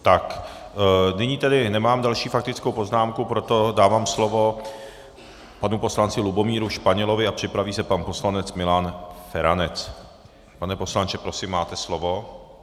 Tak nyní tedy nemám další faktickou poznámku, proto dávám slovo panu poslanci Lubomíru Španělovi a připraví se pan poslanec Milan Feranec. Pane poslanče, prosím, máte slovo.